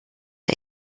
der